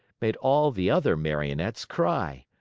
made all the other marionettes cry.